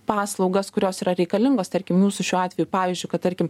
paslaugas kurios yra reikalingos tarkim mūsų šiuo atveju pavyzdžiui kad tarkim